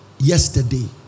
yesterday